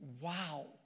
Wow